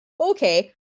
okay